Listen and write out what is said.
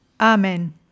Amen